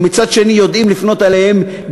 ומצד שני גמלאים יודעים לפנות אליהם,